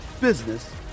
business